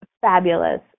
fabulous